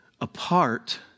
apart